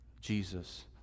Jesus